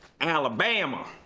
Alabama